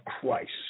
Christ